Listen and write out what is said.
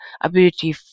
ability